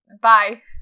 bye